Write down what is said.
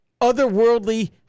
otherworldly